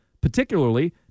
particularly